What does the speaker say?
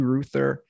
Ruther